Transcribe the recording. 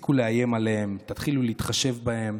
תפסיקו לאיים עליהם, תתחילו להתחשב בהם.